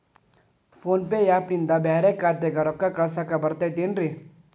Phone pay app ನಿಂದ ಬ್ಯಾರೆ ಖಾತೆಕ್ ರೊಕ್ಕಾ ಕಳಸಾಕ್ ಬರತೈತೇನ್ರೇ?